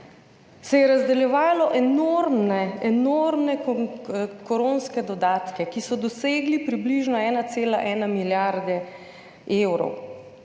se je razdeljevalo enormne koronske dodatke, ki so dosegli približno 1,1 milijarde evrov.